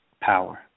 Power